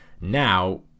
now